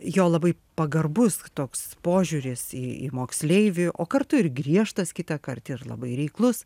jo labai pagarbus toks požiūris į į moksleivį o kartu ir griežtas kitąkart ir labai reiklus